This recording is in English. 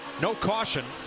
no caution.